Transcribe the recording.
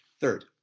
Third